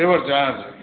labour charge